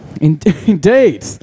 Indeed